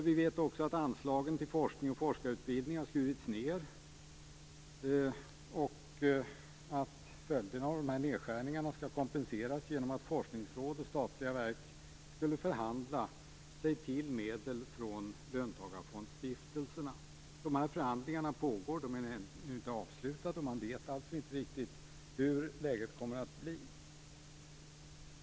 Vi vet också att anslagen till forskning och forskarutbildning har skurits ned och att följderna av nedskärningarna skall kompenseras genom att forskningsråd och statliga verk skall förhandla sig till medel från löntagarfondsstiftelserna. Förhandlingarna pågår, de är inte avslutade. Man vet alltså inte hur läget kommer att bli.